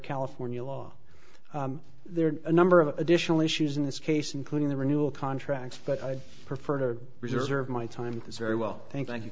california law there are a number of additional issues in this case including the renewal contracts but i'd prefer to reserve my time is very well thank you